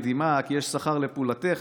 ועינַיִךְ מדמעה כי יש שכר לִפְעֻלָּתֵךְ,